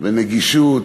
ונגישות,